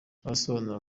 asobanura